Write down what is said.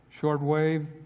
Shortwave